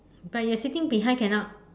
but you are sitting behind cannot